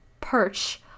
perch